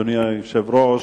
אדוני היושב-ראש,